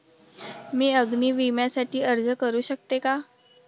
मी अग्नी विम्यासाठी अर्ज करू शकते का?